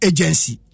Agency